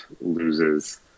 loses